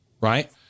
right